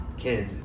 kid